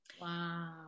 Wow